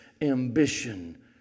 ambition